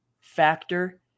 factor